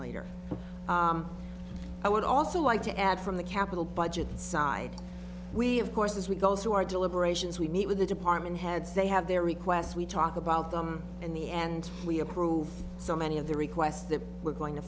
later i would also like to add from the capital budget side we of course as we go through our deliberations we meet with the department heads they have their requests we talk about them in the end we approve so many of the requests that we're going to